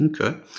Okay